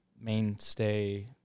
mainstay